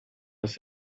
als